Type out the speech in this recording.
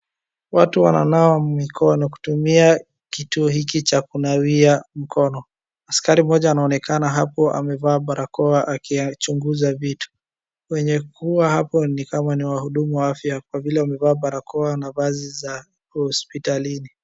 Watu wananawa mikono kutumia kituo hiki cha kunawia mkono. Askari mmoja anaonekana hapo amevaa barakoa akichunguza vitu. Wenye kuoga hapo ni kama ni wahudumu wa afya kwa vile wamevaa barakoa na vazi za hospitalini.